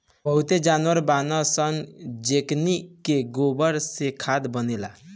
बहुते जानवर बानअ सअ जेकनी के गोबर से खाद बनेला